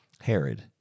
Herod